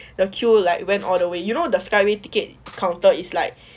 the queue like went all the way you know the skyway ticket counter is like